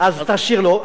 אז תשאיר לו,